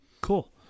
Cool